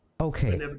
okay